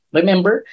Remember